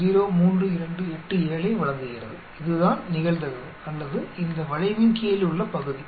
03287 ஐ வழங்குகிறது இதுதான் நிகழ்தகவு அல்லது இந்த வளைவின் கீழ் உள்ள பகுதி